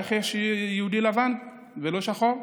איך יש יהודי לבן ולא שחור?